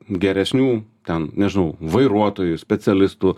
geresnių ten nežinau vairuotojų specialistų